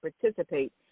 participate